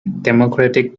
democratic